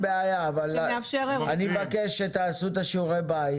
אין בעיה אבל אני מבקש שתעשו את שיעורי הבית